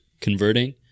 converting